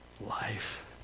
life